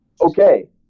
okay